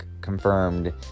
confirmed